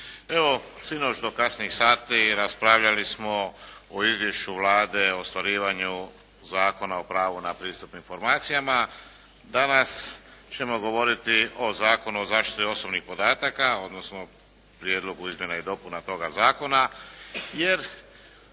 Evo, sinoć do kasnih sati raspravljali smo o izvješću Vlade o ostvarivanju Zakona o pravu na pristup informacijama. Danas ćemo govoriti o Zakonu o zaštiti osobnih podataka odnosno prijedlogu izmjena i dopuna toga zakona jer